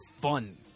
fun